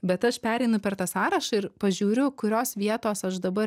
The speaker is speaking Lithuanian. bet aš pereinu per tą sąrašą ir pažiūriu kurios vietos aš dabar